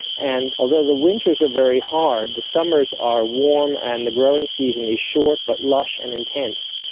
and although the winters are very hard, the summers are warm and the growing season is short but lush and intense,